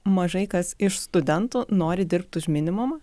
mažai kas iš studentų nori dirbt už minimumą